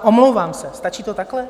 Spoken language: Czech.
Omlouvám se, stačí to takhle?